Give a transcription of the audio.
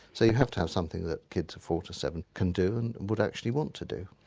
so you have to have something that kids of four to seven can do and would actually want to do.